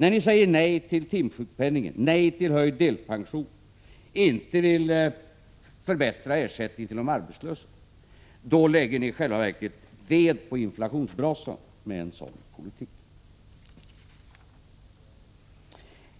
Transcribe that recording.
När ni säger nej till timsjukpenningen, nej till höjd deltidspension och inte vill förbättra ersättningen till de arbetslösa, då lägger ni i själva verket ved på inflationsbrasan.